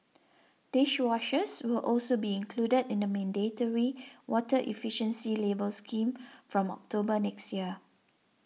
dishwashers will also be included in the mandatory water efficiency labelling scheme from October next year